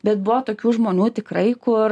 bet buvo tokių žmonių tikrai kur